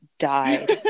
Died